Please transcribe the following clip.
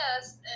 Yes